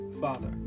Father